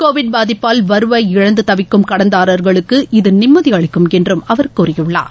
Covid பாதிப்பால் வருவாய் இழந்து தவிக்கும் கடன்தாரர்களுக்கு இது நிம்மதி அளிக்கும் என்றும் அவர் கூறியுள்ளார்